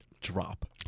drop